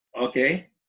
Okay